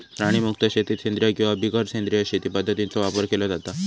प्राणीमुक्त शेतीत सेंद्रिय किंवा बिगर सेंद्रिय शेती पध्दतींचो वापर केलो जाता